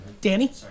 Danny